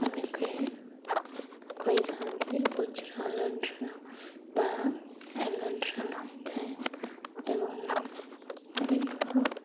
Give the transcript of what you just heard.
ଅନେକ କହିଥାନ୍ତି ଆଲୋଡ଼ନ ବା ଆଲୋଡ଼ନ ହୋଇଥାଏ ଏବଂ ଅନେକ